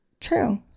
True